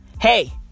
Hey